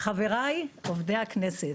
חבריי עובדי הכנסת.